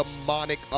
demonic